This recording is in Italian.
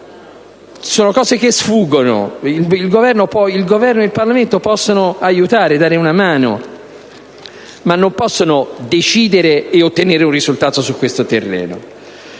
sono cose che sfuggono. Il Governo e il Parlamento possono aiutare, dare una mano, ma non possono decidere e ottenere un risultato su questo terreno.